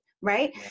right